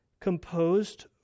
composed